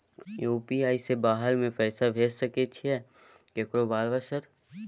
UPI से बाहर में पैसा भेज सकय छीयै केकरो बार बार सर?